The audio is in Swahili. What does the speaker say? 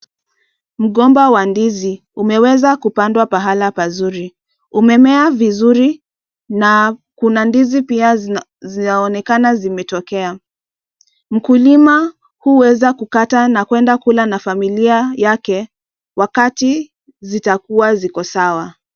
Mgomba wa ndizi umeweza kupandwa pahala pazuri. Umemea vizuri na kuna ndizi pia zinaonekana zimetokea. Mkulima huweza kukata na kuenda kukula na familia yake wakati zitakuwa ziko sawa.